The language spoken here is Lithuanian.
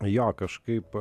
jo kažkaip